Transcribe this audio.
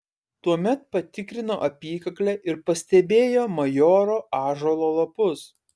tuomet patikrino apykaklę ir pastebėjo majoro ąžuolo lapus